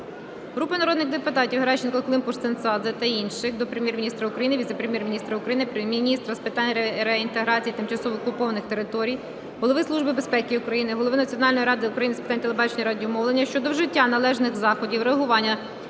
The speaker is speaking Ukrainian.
Групи народних депутатів (Геращенко, Климпуш-Цинцадзе та інших) до Прем'єр-міністра України, віце-прем'єр-міністра України - міністра з питань реінтеграції тимчасово окупованих територій, Голови Служби безпеки України, голови Національної ради України з питань телебачення і радіомовлення щодо вжиття належних заходів реагування